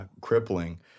crippling